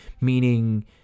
meaning